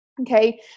Okay